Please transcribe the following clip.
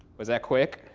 was that quick?